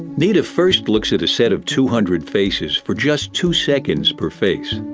nita first looks at a set of two hundred faces for just two seconds per face.